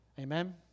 amen